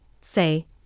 say